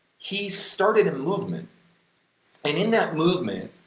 he started a movement and in that movement